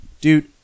Dude